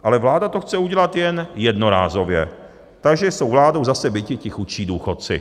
Ale vláda to chce udělat jen jednorázově, takže jsou vládou zase biti ti chudší důchodci.